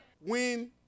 Win